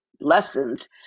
lessons